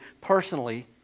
personally